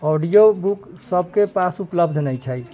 audio book सभके पास उपलब्ध नहि छै